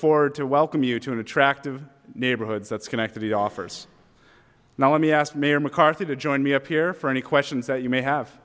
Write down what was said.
forward to welcome you to an attractive neighborhoods that's connected he offers now let me ask mayor mccarthy to join me up here for any questions that you may have